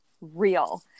real